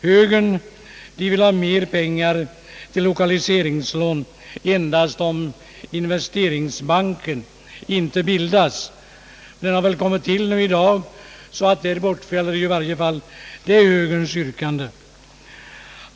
Högern vill ha mera pengar till lokaliseringslån endast om investeringsbanken inte bildas. Den har emellertid kommit till nu i dag, och därigenom bortfaller detta högerns yrkande.